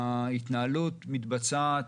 ההתנהלות מתבצעת,